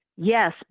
Yes